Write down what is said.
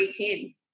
18